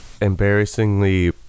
embarrassingly